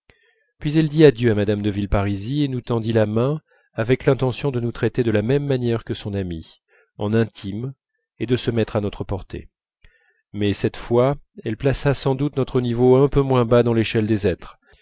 puis elle dit adieu à mme de villeparisis et nous tendit la main avec l'intention de nous traiter de la même manière que son amie en intimes et de se mettre à notre portée mais cette fois elle plaça sans doute notre niveau un peu moins bas dans l'échelle des êtres